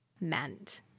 meant